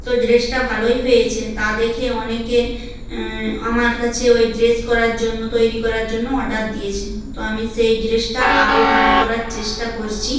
তো ড্রেসটা ভালোই হয়েছে তা দেখে অনেকে আমার কাছে ওই ড্রেস করার জন্য তৈরী করার জন্য অর্ডার দিয়েছে তো আমি সেই ড্রেসটা আরও ভালো করার চেষ্টা করছি